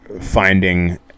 finding